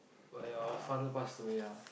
where your father pass away ah